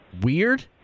weird